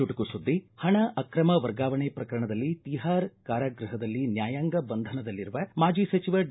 ಚುಟುಕು ಸುದ್ದಿ ಪಣ ಆಕ್ರಮ ವರ್ಗಾವಣೆ ಪ್ರಕರಣದಲ್ಲಿ ತಿಹಾರ್ ಕಾರಾಗೃಹದಲ್ಲಿ ನ್ಕಾಯಾಂಗ ಬಂಧನದಲ್ಲಿರುವ ಮಾಜಿ ಸಚಿವ ಡಿ